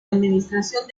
administración